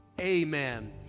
amen